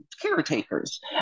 caretakers